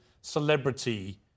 celebrity